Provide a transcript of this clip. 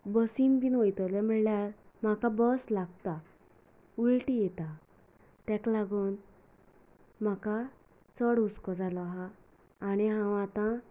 बसींत बी वयतलें म्हणल्यार म्हाका बस लागता उल्टी येता ताका लागून म्हाका चड हुस्को जाल्लो आसा आनी हांव आतां